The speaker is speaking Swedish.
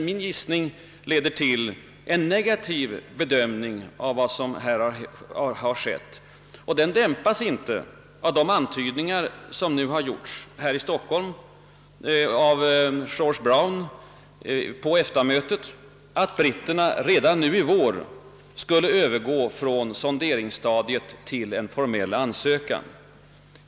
Min gissning leder emellertid till en negativ bedömning av vad som skett, en bedömning som inte dämpas av de antydningar som gjorts här i Stockholm av George Brown på EFTA-mötet, att britterna redan i vår skulle övergå från sonderingsstadiet till en formell ansökan.